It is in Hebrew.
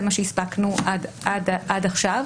זה מה שהספקנו עד עכשיו.